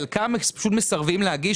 חלקם פשוט מסרבים להגיש,